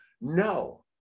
no